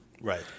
Right